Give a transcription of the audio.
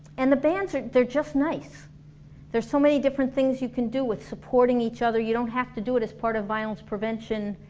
and the bands, they're just nice there are so many different things you can do with supporting each other, you don't have to do it as part of violence prevention